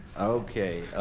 ok.